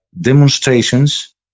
demonstrations